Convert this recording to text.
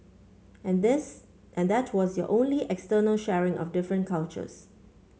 and this and that was your only external sharing of different cultures